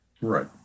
Right